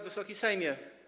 Wysoki Sejmie!